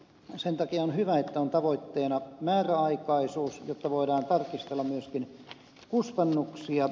sen takia on hyvä että on tavoitteena määräaikaisuus jotta voidaan tarkastella myöskin kustannuksia